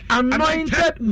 anointed